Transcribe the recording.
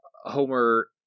Homer